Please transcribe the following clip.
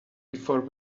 before